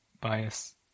bias